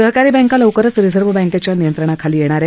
सहकारी बँका लवकरच रिझर्व्ह बँकेच्या नियंत्रणाखाली येणार आहेत